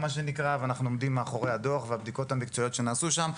אנחנו עומדים מאחורי הדוח והבדיקות המקצועיות שנעשו שם,